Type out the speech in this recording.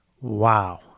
Wow